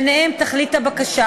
ובהם תכלית הבקשה,